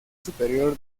superior